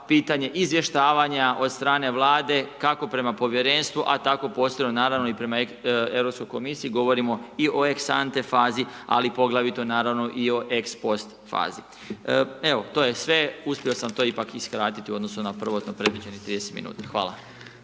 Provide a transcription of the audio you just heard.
pitanje izvještavanja od strane vlade, kako prema povjerenstvu, a tako posebno naravno i prema europskoj komisiji govorimo i o …/Govornik se ne razumije./… fazi, ali poglavito naravno i o ex post fazi. Eto, to je sve, uspio sam to ipak i skratiti, u odnosu na prvotno predviđenih 30 min. Hvala.